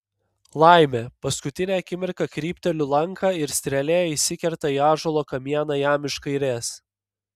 laimė paskutinę akimirką krypteliu lanką ir strėlė įsikerta į ąžuolo kamieną jam iš kairės